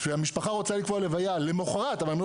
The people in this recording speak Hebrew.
והמשפחה רוצה לקבוע לוויה למחרת אבל הם לא